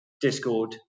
Discord